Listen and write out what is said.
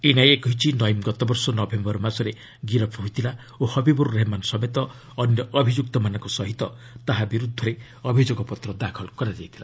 NIA କହିଛି ନଇମ୍ ଗତବର୍ଷ November ମାସରେ ଗିରଫ୍ ହୋଇଥିଲା ଓ ହବିବୁର୍ ରହେମାନ ସମେତ ଅନ୍ୟ ଅଭିଯ୍ରକ୍ତମାନଙ୍କ ସହିତ ତାହା ବିର୍ଦ୍ଧରେ ଅଭିଯୋଗପତ୍ର ଦାଖଲ କରାଯାଇଥିଲା